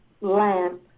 lamp